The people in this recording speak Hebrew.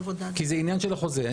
כי זה עניין של החוזה.